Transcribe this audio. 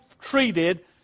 treated